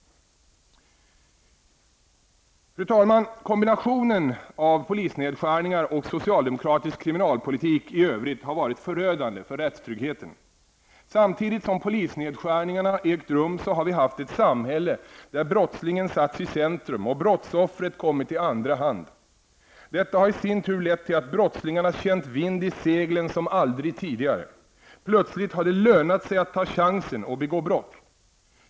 Fru talman! Kombinationen av polisnedskärningar och socialdemokratisk kriminalpolitik i övrigt har varit förödande för rättstryggheten. Samtidigt som polisnedskärningarna ägt rum har vi haft ett samhälle där brottslingen satts i centrum och brottsoffret kommit i andra hand. Detta har i sin tur lett till att brottslingarna känt vind i seglen som aldrig tidigare. Plötsligt har det lönat sig att ta chansen och begå brott.